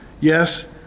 Yes